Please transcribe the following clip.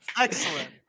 Excellent